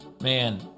Man